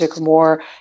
more